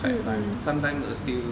quite fun sometimes will still